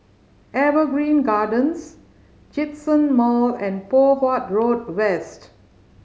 Evergreen Gardens Djitsun Mall and Poh Huat Road West